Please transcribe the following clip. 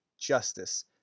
justice